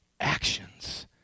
Actions